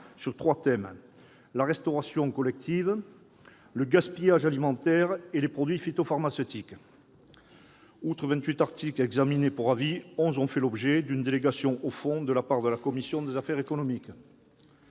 sur trois thèmes : la restauration collective, le gaspillage alimentaire et les produits phytopharmaceutiques. Outre vingt-huit articles examinés pour avis, onze ont fait l'objet d'une délégation au fond de la part de la commission des affaires économiques.